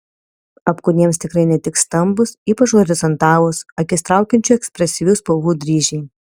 apkūniems tikrai netiks stambūs ypač horizontalūs akis traukiančių ekspresyvių spalvų dryžiai